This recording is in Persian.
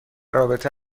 رابطه